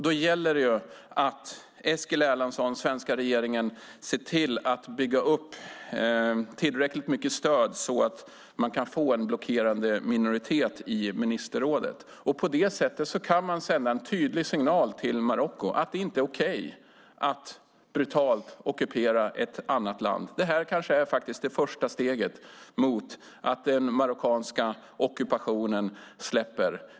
Då gäller det att Eskil Erlandsson, svenska regeringen, ser till att bygga upp tillräckligt mycket stöd, så att man kan få en blockerande minoritet i Ministerrådet. På det sättet kan man sända en tydlig signal till Marocko att det inte är okej att brutalt ockupera ett annat land. Det här kanske är det första steget mot att den marockanska ockupationen släpper.